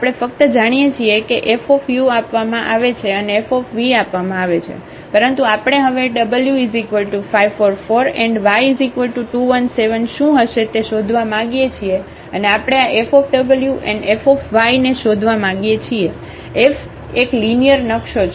આપણે ફક્ત જાણીએ છીએ કે Fu આપવામાં આવે છે અને Fv આપવામાં આવે છે પરંતુ આપણે હવે w544y217શું હશે તે શોધીવા માંગીએ છીએ અને આપણે આ FwF ને શોધવા માંગીએ છીએ F એક લિનિયર નકશો છે